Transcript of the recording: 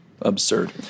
Absurd